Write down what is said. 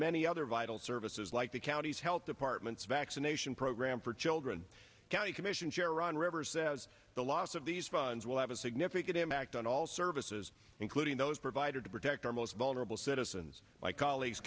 many other vital services like the county's health department's vaccination program for children county commission chair ron rivers says the loss of these funds will have a significant impact on all services including those provided to protect our most vulnerable citizens by colleagues